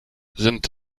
sind